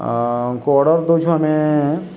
ଙ୍କୁ ଅର୍ଡ଼ର ଦୁଛ ଆମେ